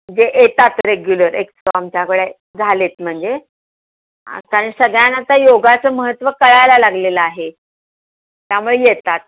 जे येतात रेग्युलर एक आमच्याकडे झाले आहेत म्हणजे आ कारण सगळ्यांना आता योगाचं महत्त्व कळायला लागलेलं आहे त्यामुळे येतात